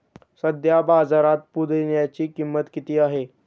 सध्या बाजारात पुदिन्याची किंमत किती आहे?